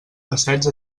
passeig